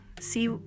see